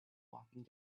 walking